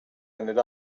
ended